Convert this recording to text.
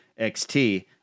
XT